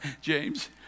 James